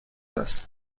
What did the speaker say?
است